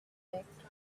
affected